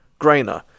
Grainer